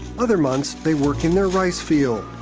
other months they work in their rice field.